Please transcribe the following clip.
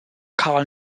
carl